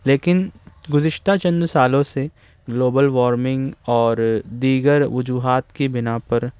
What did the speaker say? لیکن گذشتہ چند سالوں سے گلوبل وارمنگ اور دیگر وجوہات کی بنا پر